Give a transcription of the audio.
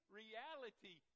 reality